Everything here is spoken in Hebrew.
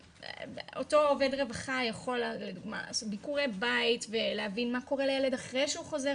אותו עובד רווחה לעשות ביקורי בית ולהבין מה קורה לילד אחרי שהוא חוזר